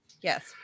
yes